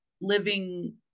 living